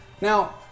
Now